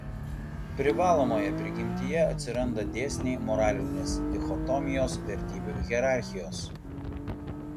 privalomoje prigimtyje atsiranda dėsniai moralinės dichotomijos vertybių hierarchijos